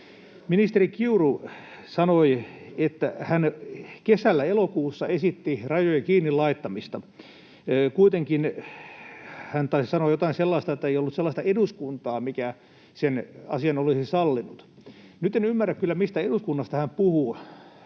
Ministeri Kiuru sanoi, että hän kesällä, elokuussa, esitti rajojen kiinni laittamista. Kuitenkin hän taisi sanoa jotain sellaista, että ei ollut sellaista eduskuntaa, mikä sen asian olisi sallinut. Nyt en ymmärrä kyllä, mistä eduskunnasta hän puhui.